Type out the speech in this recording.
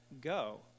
Go